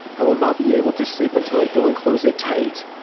i will not be able to sleep until i go and close it tight.